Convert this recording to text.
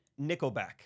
nickelback